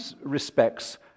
respects